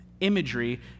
imagery